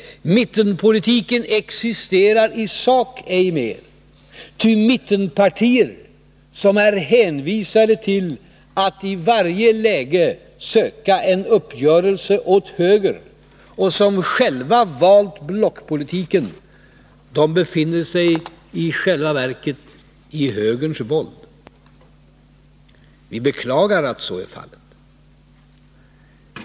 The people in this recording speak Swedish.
Mittenpolitiken existerar i sak ej mer, ty mittenpartier som är hänvisade till att i varje läge söka uppgörelse åt höger och som själva har valt blockpolitiken, de befinner sig i själva verket i högerns våld. Vi beklagar att så är fallet.